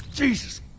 Jesus